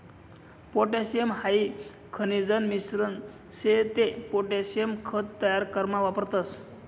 potassium हाई खनिजन मिश्रण शे ते पोटॅशियम खत तयार करामा वापरतस